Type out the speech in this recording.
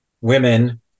women